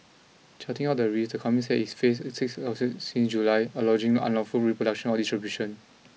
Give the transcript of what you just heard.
charting out the risks the company said it face six lawsuits since July alleging unlawful reproduction or distribution